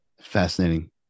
Fascinating